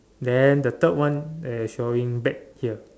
then the third one eh showing back here